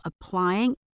applying